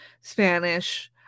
Spanish